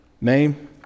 name